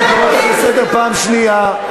אני קורא אותך לסדר פעם שנייה.